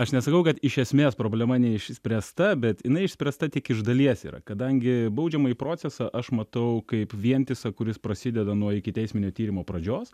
aš nesakau kad iš esmės problema neišspręsta bet jinai išspręsta tik iš dalies yra kadangi baudžiamąjį procesą aš matau kaip vientisą kuris prasideda nuo ikiteisminio tyrimo pradžios